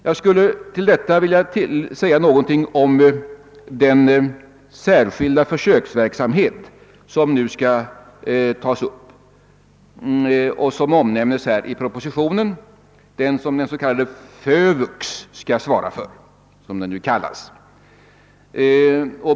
Jag skulle till detta vilja säga någonting om den särskilda försöksverksamhet som nu skall tas upp och som omnämnes i propositionen, den som den s.k. FÖVUX skall svara för.